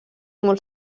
molt